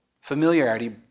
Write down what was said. Familiarity